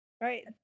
right